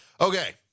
Okay